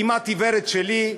הכמעט עיוורת שלי,